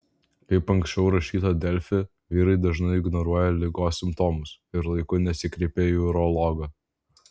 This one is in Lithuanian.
kaip anksčiau rašyta delfi vyrai dažnai ignoruoja ligos simptomus ir laiku nesikreipia į urologą